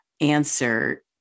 answer